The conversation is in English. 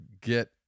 get